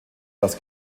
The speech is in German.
das